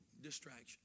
distraction